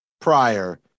prior